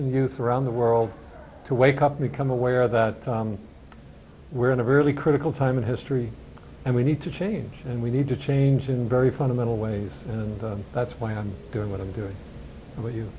and youth around the world to wake up become aware that we're in a really critical time in history and we need to change and we need to change in very fundamental ways and that's why i'm doing what i'm doing and what